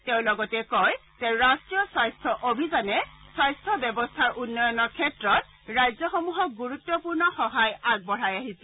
তেওঁ লগতে কয় যে ৰাষ্ট্ৰীয় স্বাস্থ্য অভিযানে স্বাস্থ্য ব্যৱস্থাৰ উন্নয়নৰ ক্ষেত্ৰত ৰাজ্যসমূহক গুৰুত্বপূৰ্ণ সহায় আগবঢ়াই আহিছে